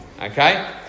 Okay